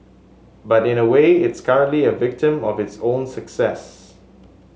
but in a way it's currently a victim of its own success